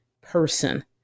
person